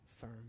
firm